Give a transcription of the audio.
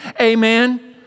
Amen